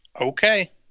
Okay